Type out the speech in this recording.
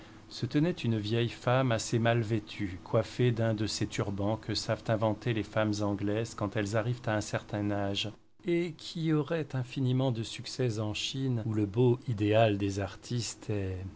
se tenait une vieille femme assez mal vêtue coiffée d'un de ces turbans que savent inventer les femmes anglaises quand elles arrivent à un certain âge et qui auraient infiniment de succès en chine où le beau idéal des artistes